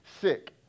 sick